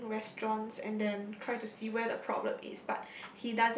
failing restaurants and then try to see where the problem is but